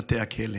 בשערי בתי הכלא.